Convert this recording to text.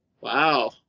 Wow